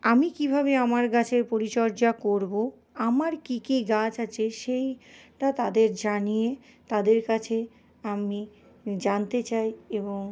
আমি কীভাবে আমার গাছের পরিচর্যা করবো আমার কী কী গাছ আছে সেইটা তাদের জানিয়ে তাদের কাছে আমি জানতে চাই এবং